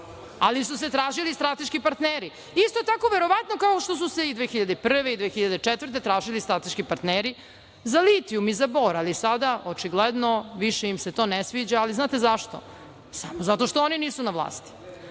ali su se tražili strateški partneri. Isto tako verovatno kao što su se 2001. godine i 2004. godine tražili strateški partneri za litijum i za bor, ali sada očigledno više im se to ne sviđa. Znate zašto? Samo zato što oni nisu na vlasti,